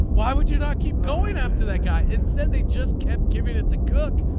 why would you not keep going after that guy. instead they just kept giving it to cook.